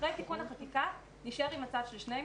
אחרי תיקון החקיקה נישאר עם מצב של שני משרדים,